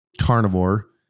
carnivore